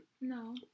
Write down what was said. No